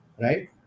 right